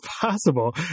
possible